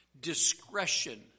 discretion